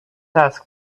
ask